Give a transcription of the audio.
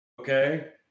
Okay